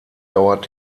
dauert